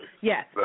Yes